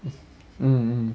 mm mm